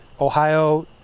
Ohio